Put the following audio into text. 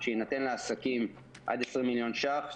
שיינתן לעסקים עד 20 מיליון שקלים,